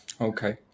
okay